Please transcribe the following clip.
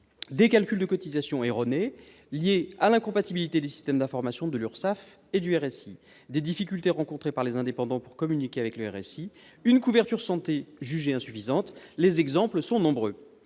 des calculs de cotisations erronés liés à l'incompatibilité des systèmes d'information de l'URSSAF et du RSI, des difficultés rencontrées par les indépendants pour communiquer avec le RSI, une couverture santé jugée insuffisante. Les exemples sont nombreux.